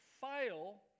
file